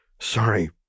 Sorry